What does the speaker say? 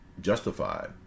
justified